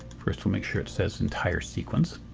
first, we'll make sure it says entire sequence.